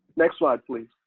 next slide, please.